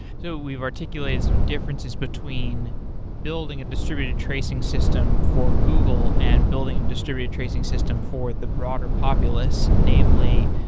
so we've articulated some differences between building a distributed tracing system for google and building and distributed tracing system for the broader populous, namely